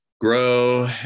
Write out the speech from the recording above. grow